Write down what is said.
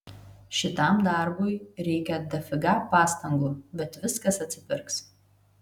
šitam darbui reikia dafiga pastangų bet viskas atsipirks